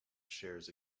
shares